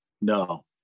No